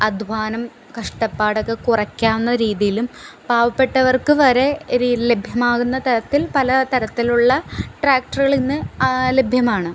അദ്ധ്വാനം കഷ്ടപ്പാടൊക്കെ കുറയ്ക്കാവുന്ന രീതിയിലും പാവപ്പെട്ടവർക്ക് വരെ ലഭ്യമാകുന്ന തരത്തിൽ പല തരത്തിലുള്ള ട്രാക്ടറുകളിന്ന് ലഭ്യമാണ്